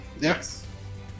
Yes